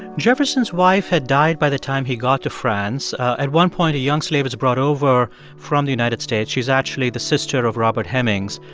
jefferson's wife had died by the time he got to france. at one point, a young slave is brought over from the united states. she's actually the sister of robert hemings,